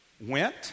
went